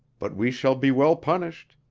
but we shall be well punished!